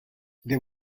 there